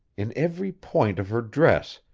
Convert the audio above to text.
in every point of her dress,